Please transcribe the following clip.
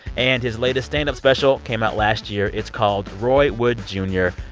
and his latest stand-up special came out last year. it's called roy wood jr.